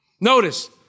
Notice